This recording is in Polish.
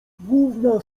główna